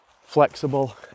flexible